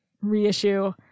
reissue